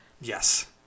Yes